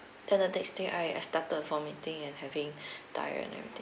then the next thing I I started vomiting and having diarrhea and everything